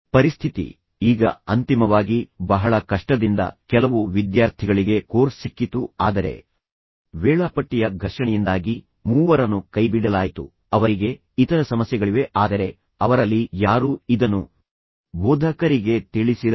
ಪರಿಸ್ಥಿತಿ ಈಗ ಅಂತಿಮವಾಗಿ ಬಹಳ ಕಷ್ಟದಿಂದ ಕೆಲವು ವಿದ್ಯಾರ್ಥಿಗಳಿಗೆ ಕೋರ್ಸ್ ಸಿಕ್ಕಿತು ಆದರೆ ವೇಳಾಪಟ್ಟಿಯ ಘರ್ಷಣೆಯಿಂದಾಗಿ ಮೂವರನ್ನು ಕೈಬಿಡಲಾಯಿತು ಅವರಿಗೆ ಇತರ ಸಮಸ್ಯೆಗಳಿವೆ ಆದರೆ ಅವರಲ್ಲಿ ಯಾರೂ ಇದನ್ನು ಬೋಧಕರಿಗೆ ತಿಳಿಸಿರಲಿಲ್ಲ